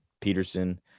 Peterson